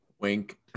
wink